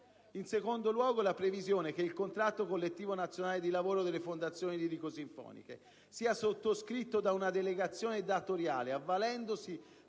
In secondo luogo, la previsione che il contratto collettivo nazionale di lavoro delle fondazioni lirico‑sinfoniche sia sottoscritto da una delegazione datoriale, avvalendosi